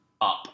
up